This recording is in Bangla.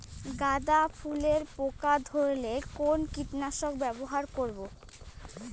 গাদা ফুলে পোকা ধরলে কোন কীটনাশক ব্যবহার করব?